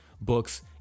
books